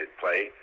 play